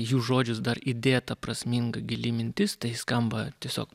į jų žodžius dar įdėta prasminga gili mintis tai skamba tiesiog